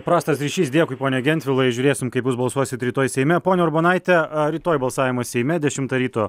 prastas ryšys dėkui pone gentvilai žiūrėsim kaip jūs balsuosit rytoj seime ponia urbonaite ar rytoj balsavimas seime dešimtą ryto